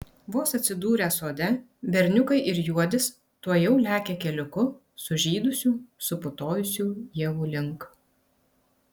vos atsidūrę sode berniukai ir juodis tuojau lekia keliuku sužydusių suputojusių ievų link